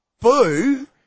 boo